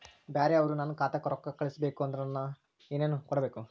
ಬ್ಯಾರೆ ಅವರು ನನ್ನ ಖಾತಾಕ್ಕ ರೊಕ್ಕಾ ಕಳಿಸಬೇಕು ಅಂದ್ರ ನನ್ನ ಏನೇನು ಕೊಡಬೇಕು?